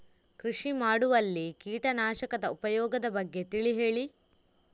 ಕೃಷಿ ಮಾಡುವಲ್ಲಿ ಕೀಟನಾಶಕದ ಉಪಯೋಗದ ಬಗ್ಗೆ ತಿಳಿ ಹೇಳಿ